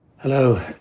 Hello